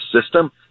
system